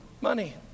money